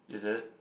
is it